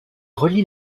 relie